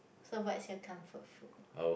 so what's your comfort food